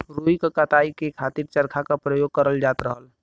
रुई क कताई के खातिर चरखा क परयोग करल जात रहल